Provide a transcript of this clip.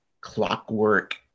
clockwork